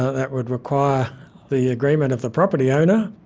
that would require the agreement of the property owner,